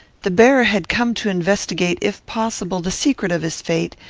the bearer had come to investigate, if possible, the secret of his fate,